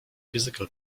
physical